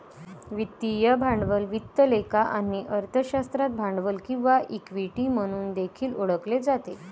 वित्तीय भांडवल वित्त लेखा आणि अर्थशास्त्रात भांडवल किंवा इक्विटी म्हणून देखील ओळखले जाते